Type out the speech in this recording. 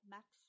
Max